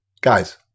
guys